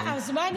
מה זה משנה?